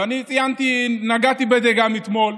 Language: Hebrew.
ואני נגעתי בזה גם אתמול.